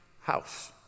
house